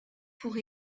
pour